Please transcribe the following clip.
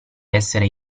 essere